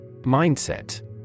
Mindset